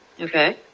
Okay